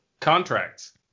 contracts